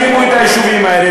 הקימו את היישובים האלה,